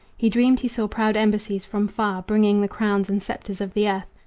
he dreamed he saw proud embassies from far bringing the crowns and scepters of the earth,